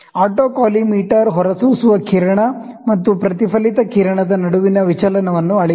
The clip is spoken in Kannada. ಆಟೋಕಾಲಿಮೇಟರ್ ಹೊರಸೂಸುವ ಕಿರಣ ಮತ್ತು ಪ್ರತಿಫಲಿತ ಕಿರಣದ ನಡುವಿನ ಡೀವಿಯೇಷನ್ ಅನ್ನು ಅಳೆಯುತ್ತದೆ